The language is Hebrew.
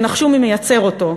שנחשו מי מייצר אותו,